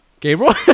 Gabriel